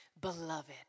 beloved